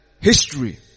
History